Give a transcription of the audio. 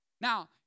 Now